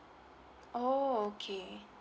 oh okay